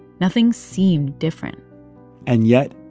nothing seemed different and yet,